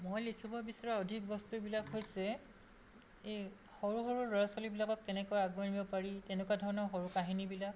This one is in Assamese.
মই লিখিব বিচৰা অধিক বস্তুবিলাক হৈছে এই সৰু সৰু ল'ৰা ছোৱালীবিলাকক কেনেকৈ আগুৱাই নিব পাৰি তেনেকুৱা ধৰণৰ সৰু কাহিনীবিলাক